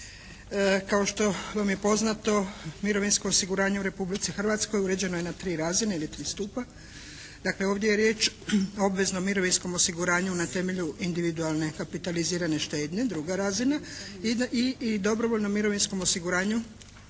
Kao što vam je poznato mirovinsko osiguranje u Republici Hrvatskoj uređeno je na tri razine ili tri stupa. Dakle, ovdje je riječ o obveznom mirovinskom osiguranju na temelju individualne kapitalizirane štednje, druga razina. I dobrovoljnom mirovinskom osiguranju